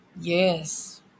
yes